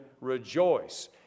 rejoice